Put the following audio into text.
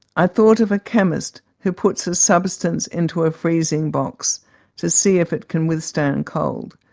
i thought of a chemist who puts a substance into a freezing box to see if it can withstand cold.